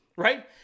right